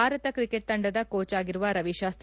Bharat cricket ತಂಡದ coach ಆಗಿರುವ ರವಿಶಾಸ್ತಿ